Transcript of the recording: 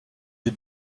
des